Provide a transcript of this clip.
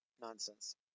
nonsense